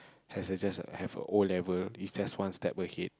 has a just a have a O-level is just one step ahead